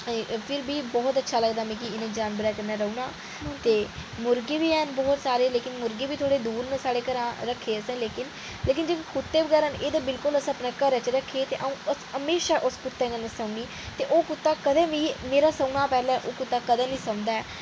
फिर बी बहुत अच्छा लगदा मिगी इ'नें जानवरें कन्नै रौह्ना ते मुर्गे बी हैन बहुत सारे लेकिन मुर्गे बी थोह्ड़े दूर न रक्खे दे साढ़े घरै शा लेकिन जेह्ड़े कुत्ते बगैरा न एह् ते बिल्कुल अपने घरै च रखे दे असें ते अ'ऊं हमेशा उस कुत्तै कन्नै सौन्नीं ते मेरे सौनै शा पैह्लै ओह् कुत्ता कदे नीं सौंदा ऐ